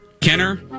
Kenner